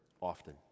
often